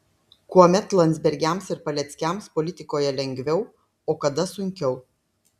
kuomet landsbergiams ir paleckiams politikoje lengviau o kada sunkiau